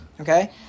Okay